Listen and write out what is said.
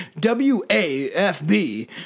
WAFB